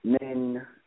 men